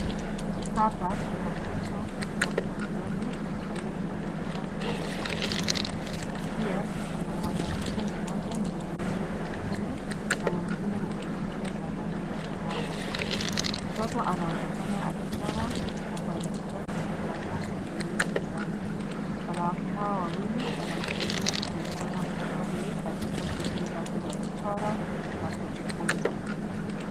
Hapa kuna mtoto mmoja mdogo aliye na ulemavu wa Down Syndrome . Pia kuna mwanamke mmoja mwenye nywele nyekundu na mwingine mwenye nywele za rangi ya dhahabu. Mtoto anaonekana akichora na kuandika kwenye karatasi iliyo mezani. Wanawake hawa wawili wanamsaidia kumwongoza mtoto huyu katika shughuli zake za kuchora na kujifunza.